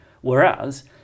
Whereas